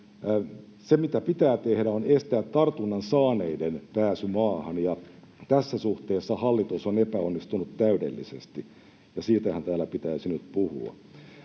se, mitä pitää tehdä, on estää tartunnan saaneiden pääsy maahan. Tässä suhteessa hallitus on epäonnistunut täydellisesti, ja siitähän täällä pitäisi nyt puhua.